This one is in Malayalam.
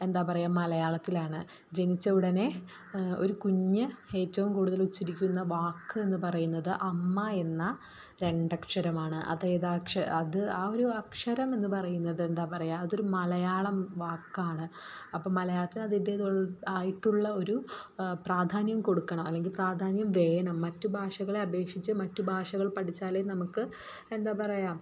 എന്താ പറയാ മലയാളത്തിലാണ് ജനിച്ച ഉടനെ ഒരു കുഞ്ഞ് ഏറ്റോം കൂടുതലുച്ചരിക്കുന്ന വാക്ക് എന്ന് പറയുന്നത് അമ്മ എന്ന രണ്ട് അക്ഷരമാണ് അതേതാ അക്ഷരം അത് ആ ഒരു അക്ഷരം എന്ന് പറയുന്നത് എന്താ പറയാ അതൊരു മലയാളം വാക്കാണ് അപ്പം മലയാളത്തിന് അതിൻ്റെതുൾ ആയിട്ടുള്ള ഒരു പ്രാധാന്യം കൊടുക്കണം അല്ലെങ്കിൽ പ്രാധാന്യം വേണം മറ്റു ഭാഷകളെ അപേക്ഷിച്ച് മറ്റ് ഭാഷകൾ പഠിച്ചാൽ നമുക്ക് എന്താ പറയാ